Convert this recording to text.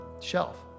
shelf